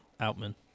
Outman